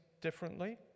differently